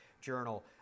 Journal